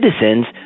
citizens